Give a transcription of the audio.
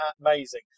amazing